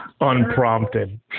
Unprompted